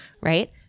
Right